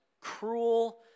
cruel